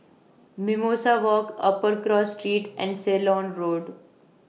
Mimosa Walk Upper Cross Street and Ceylon Road